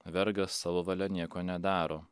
vergas savo valia nieko nedaro